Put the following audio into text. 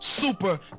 super